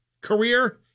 career